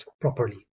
properly